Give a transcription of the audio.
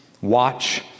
Watch